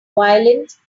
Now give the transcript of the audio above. violins